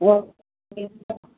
okay sir